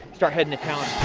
start heading to town.